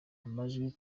amajwi